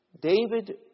David